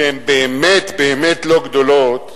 שהן באמת-באמת לא גדולות,